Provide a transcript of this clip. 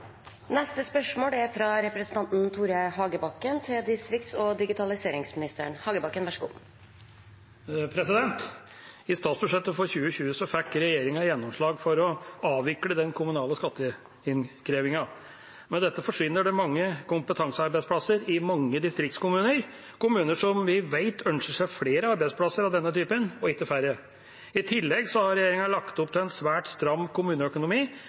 statsbudsjettet for 2020 fikk regjeringen gjennomslag for å avvikle den kommunale skatteinnkrevingen. Med dette forsvinner det mange kompetansearbeidsplasser i mange distriktskommuner. Kommuner som vi vet ønsker seg flere arbeidsplasser av denne typen, ikke færre. I tillegg har regjeringen lagt opp til en svært stram kommuneøkonomi